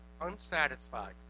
unsatisfied